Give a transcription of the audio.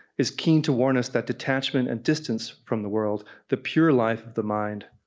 is keen to warn us that detachment and distance from the world, the pure life of the mind,